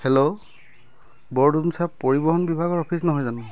hello Bordumsa পৰিবহণ বিভাগৰ office নহয় জানো